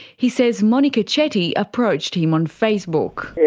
he says monika chetty approached him on facebook.